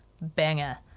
banger